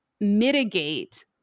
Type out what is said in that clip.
mitigate